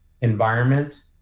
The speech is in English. Environment